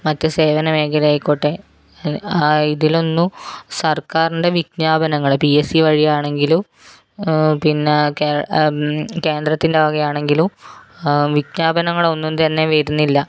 മറ്റ് സേവന മേഖലയായിക്കോട്ടെ ഇതിലൊന്നും സർക്കാറിൻ്റെ വിജ്ഞാപനങ്ങൾ പി എസ് സി വഴിയാണെങ്കിലും പിന്നെ കേ കേന്ദ്രത്തിൻ്റെ വകയാണെങ്കിലും വിജ്ഞാപനങ്ങളൊന്നും തന്നെ വരുന്നില്ല